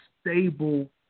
stable